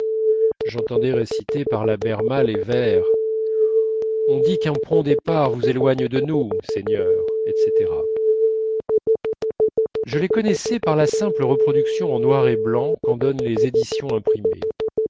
j'entendais réciter par la berma les vers on dit qu'un prompt départ vous éloigne de nous seigneur etc je les connaissais par la simple reproduction en noir et blanc qu'en donnent les éditions imprimées